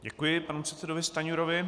Děkuji panu předsedovi Stanjurovi.